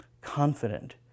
confident